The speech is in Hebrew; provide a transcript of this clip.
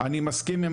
אז אני אומר